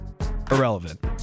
irrelevant